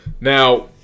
Now